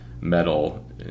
metal